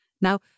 Now